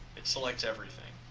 it selects everything.